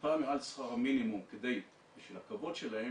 טיפה מעל שכר המינימום בשביל הכבוד שלהם